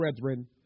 brethren